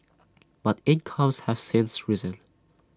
but incomes have since risen